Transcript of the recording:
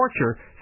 torture